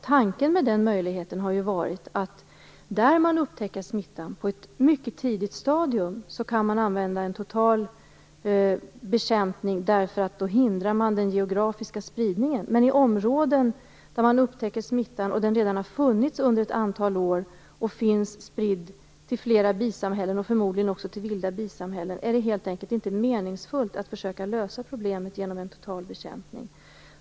Tanken med den möjligheten har ju varit att man, där smitta upptäcks på ett mycket tidigt stadium, kan använda sig av en total bekämpning. Då hindrar man den geografiska spridningen. Men i områden där smitta upptäcks som redan funnits i ett antal år och är spridd till flera bisamhällen - förmodligen också till vilda bisamhällen - är det helt enkelt inte meningsfullt att försöka lösa problemet genom en total bekämpning.